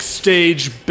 Stage